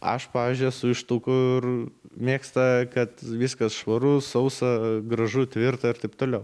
aš pavyzdžiui esu iš tų kur mėgsta kad viskas švaru sausa gražu tvirta ir taip toliau